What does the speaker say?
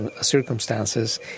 circumstances